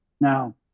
Now